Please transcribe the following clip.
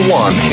one